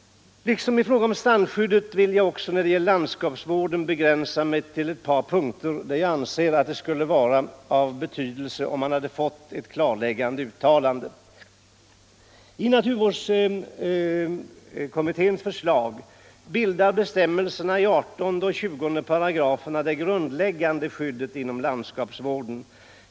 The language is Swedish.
Liksom i fråga om strandskyddet vill jag också när det gäller landskapsvården begränsa mig till ett par punkter där jag anser att det skulle vara av betydelse om man hade fått ett klarläggande uttalande. 179 I naturvårdskommitténs förslag bildar bestämmelserna i 18 och 20 §§ det grundläggande skyddet inom landskapsvården.